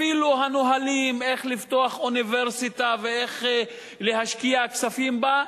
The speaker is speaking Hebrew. אפילו הנהלים איך לפתוח אוניברסיטה ואיך להשקיע כספים בה,